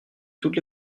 toutes